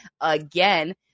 again